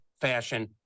fashion